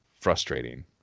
frustrating